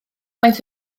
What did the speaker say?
maent